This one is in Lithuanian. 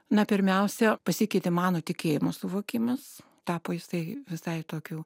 na pirmiausia pasikeitė mano tikėjimo suvokimas tapo jisai visai tokiu